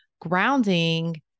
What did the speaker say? grounding